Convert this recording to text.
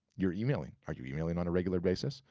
your emailing. are you emailing on a regular basis?